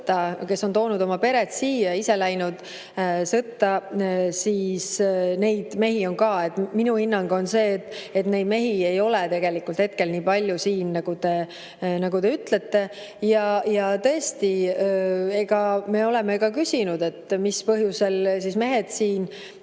kes on toonud oma pered siia ja ise läinud sõtta. Minu hinnang on see, et neid mehi ei ole tegelikult hetkel nii palju siin, nagu te ütlete. Ja tõesti, me oleme ka küsinud, mis põhjusel mehed siin